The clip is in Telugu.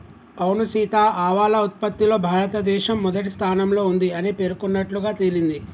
అవును సీత ఆవాల ఉత్పత్తిలో భారతదేశం మొదటి స్థానంలో ఉంది అని పేర్కొన్నట్లుగా తెలింది